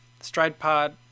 StridePod